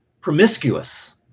promiscuous